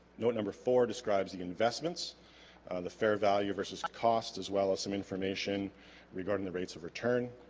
note number four describes the investments the fair value versus costs as well as some information regarding the rates of return